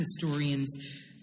historians